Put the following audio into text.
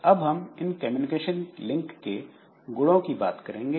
अब हम इन कम्युनिकेशन लिंक के गुणों की बात करेंगे